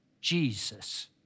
Jesus